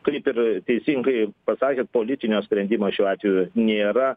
kaip ir teisingai pasakėt politinio sprendimo šiuo atveju nėra